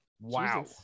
Wow